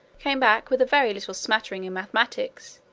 came back with a very little smattering in mathematics,